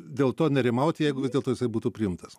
dėl to nerimaut jeigu vis dėlto jisai būtų priimtas